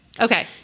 Okay